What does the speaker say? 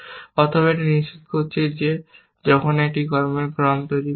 অথবা এটি নিশ্চিত করছে যে যখন এটি কর্মের একটি ক্রম তৈরি করা হয়